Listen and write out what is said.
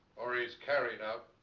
or he's carried out.